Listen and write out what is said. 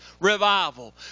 revival